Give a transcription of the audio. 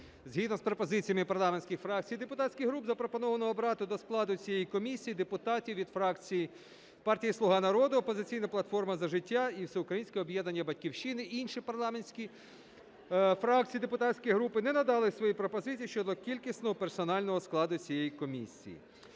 Згідно із пропозиціями парламентських фракцій і депутатських груп запропоновано обрати до складу цієї комісії депутатів від фракцій партії "Слуга народу", "Опозиційна платформа – За життя" і "Всеукраїнське об'єднання "Батьківщина". Інші парламентські фракції і депутатські групи не надали свої пропозиції щодо кількісного і персонального складу цієї комісії.